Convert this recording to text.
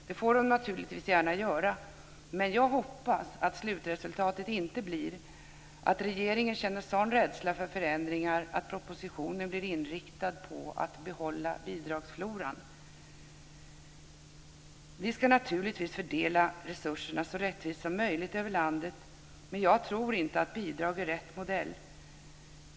Det får de naturligtvis gärna göra, men jag hoppas att slutresultatet inte blir att regeringen känner sådan rädsla för förändringar att propositionen blir inriktad på att behålla bidragsfloran. Vi ska naturligtvis fördela resurserna så rättvist som möjligt över landet, men jag tror inte att bidrag är rätt modell.